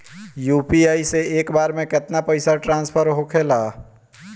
UPI से एक बार मे केतना पैसा ट्रस्फर होखे ला?